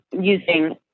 using